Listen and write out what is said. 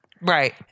Right